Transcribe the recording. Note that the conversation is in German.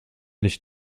nicht